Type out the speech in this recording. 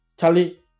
Charlie